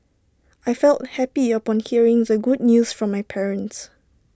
I felt happy upon hearing the good news from my parents